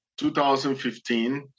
2015